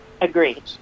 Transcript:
agreed